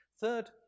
Third